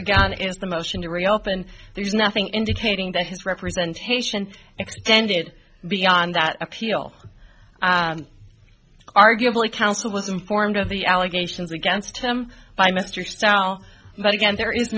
again is the motion to reopen there's nothing indicating that his representation extended beyond that appeal arguably counsel was informed of the allegations against him by mr starr now but again there is